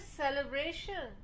celebration